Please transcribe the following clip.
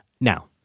Now